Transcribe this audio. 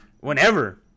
whenever